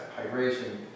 hydration